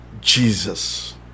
Jesus